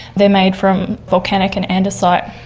they're made from volcanic and andesite.